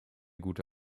gute